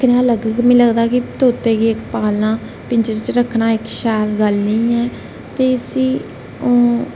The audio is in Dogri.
कनेहा लग्गग मिगी लगदा कि तोते गी पालना पिंजरे च रक्खना इक शैल गल्ल नेईं ऐ ते इसी